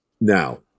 now